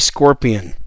Scorpion